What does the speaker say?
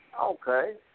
Okay